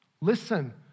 Listen